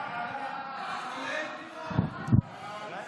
ההצעה להעביר את